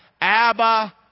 Abba